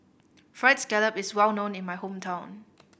Fried Scallop is well known in my hometown